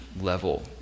level